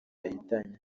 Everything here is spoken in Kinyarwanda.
yahitanye